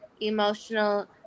emotional